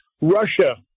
Russia